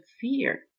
fear